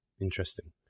Interesting